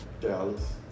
Dallas